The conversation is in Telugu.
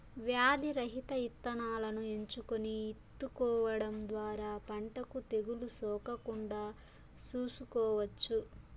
వ్యాధి రహిత ఇత్తనాలను ఎంచుకొని ఇత్తుకోవడం ద్వారా పంటకు తెగులు సోకకుండా చూసుకోవచ్చు